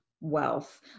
wealth